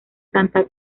santa